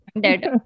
dead